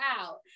out